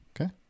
Okay